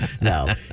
No